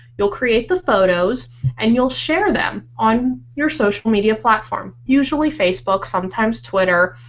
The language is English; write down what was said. you'll create the photos and you'll share them on your social media platform usually facebook sometimes twitter.